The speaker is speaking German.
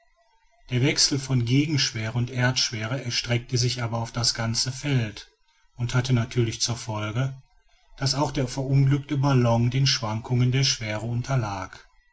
der wechsel von gegenschwere und erdschwere erstreckte sich aber auf das ganze feld und hatte natürlich zur folge daß auch der verunglückte ballon den schwankungen der schwere unterlag